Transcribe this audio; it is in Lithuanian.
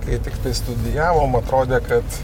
kai tiktai studijavom atrodė kad